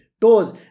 toes